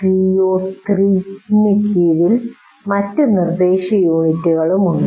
CO3 ന് കീഴിൽ മറ്റ് നിർദ്ദേശ യൂണിറ്റുകളും ഉണ്ട്